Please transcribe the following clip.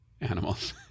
animals